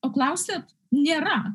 o klausėt nėra